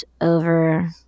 over